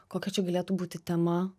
kokia čia galėtų būti tema